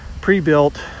pre-built